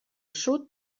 sud